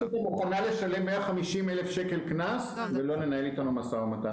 האוניברסיטה מוכנה לשלם 150,000 שקל קנס ולא לנהל אתנו משא ומתן.